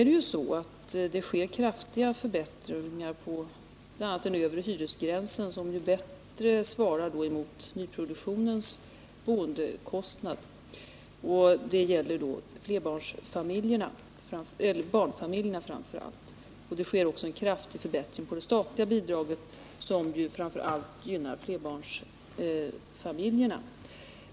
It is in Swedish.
Det görs ju nu kraftiga höjningar av bl.a. den övre hyresgränsen, som gör att den bättre svarar mot nyproduktionens boendekostnader, och det gäller framför allt för barnfamiljerna. Det sker också en kraftig förbättring av det statliga bidraget vilken framför allt gynnar flerbarnsfamiljerna.